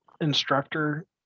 instructor